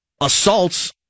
assaults